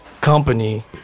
company